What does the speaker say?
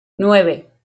nueve